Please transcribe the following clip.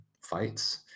fights